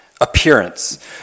appearance